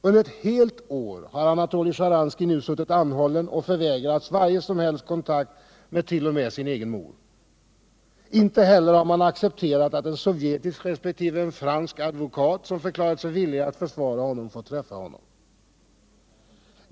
Under ett helt år har Anatoly Sharansky nu suttit anhållen och förvägrats varje som helst kontakt, t.o.m. med sin egen mor. Inte heller har man accepterat att en sovjetisk resp. en fransk advokat, som har förklarat sig villiga att försvara honom, skall få träffa honom.